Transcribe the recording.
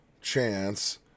chance